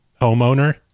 homeowner